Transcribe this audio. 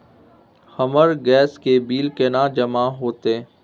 हमर गैस के बिल केना जमा होते?